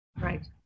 right